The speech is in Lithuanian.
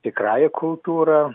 tikrąja kultūra